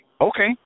okay